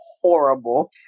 horrible